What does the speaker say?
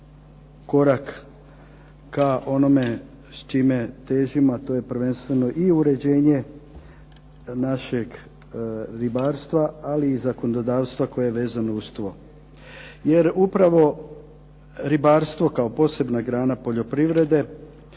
korak ka onome čemu težimo, a to je prvenstveno i uređenje našeg ribarstva ali i zakonodavstva koje je vezano uz to. Jer upravo ribarstvo kao posebna grana poljoprivrede